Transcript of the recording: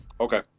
okay